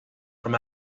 from